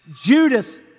Judas